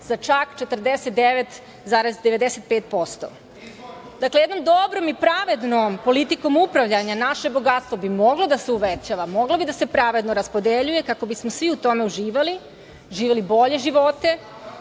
za čak 49,95%. Dakle, jednom dobrom i pravednom politikom upravljanja naše bogatstvo bi moglo da se uvećava, moglo bi da se pravedno raspodeljuje, kako bismo svi u tome uživali, živeli bolje živote,